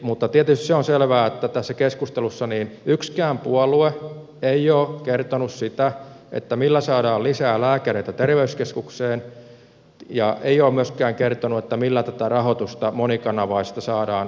mutta tietysti se on selvää että tässä keskustelussa yksikään puolue ei ole kertonut sitä millä saadaan lisää lääkäreitä terveyskeskukseen ja ei ole myöskään kertonut millä tätä monikanavaista rahoitusta saadaan yksikanavaiseksi